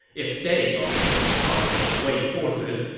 if they are put in charge of the wei forces,